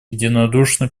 единодушно